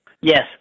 Yes